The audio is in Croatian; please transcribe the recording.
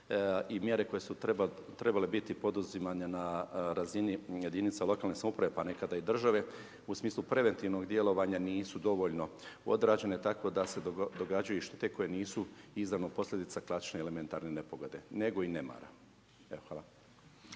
i mjere koje su trebale biti poduzimanje na jedinice lokalne samouprave pa nekada i države, u smislu preventivnog djelovanja, nisu dovoljno odrađene, tako da se događaju te koje nisu …/Govornik se ne razumije./… od posljedica klasične elementarne nepogode, nego i nemara.